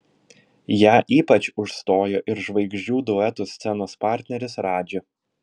ją ypač užstojo ir žvaigždžių duetų scenos partneris radži